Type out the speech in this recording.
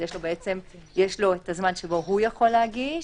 אז יש לו הזמן שבו הוא יכול להגיש.